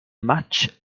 match